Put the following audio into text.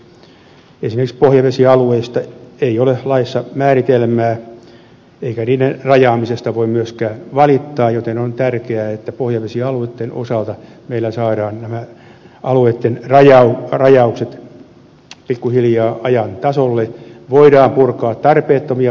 esimerkiksi pohjavesialueista ei ole laissa määritelmää eikä niiden rajaamisesta voi myöskään valittaa joten on tärkeää että pohjavesialueitten osalta meillä saadaan nämä alueitten rajaukset pikkuhiljaa ajan tasalle ja voidaan purkaa tarpeettomia varauksia